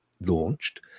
launched